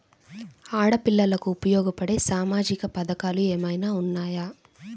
ఆడపిల్లలకు ఉపయోగపడే సామాజిక పథకాలు ఏమైనా ఉన్నాయా?